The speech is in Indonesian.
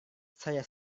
saya